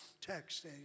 text